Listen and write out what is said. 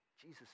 Jesus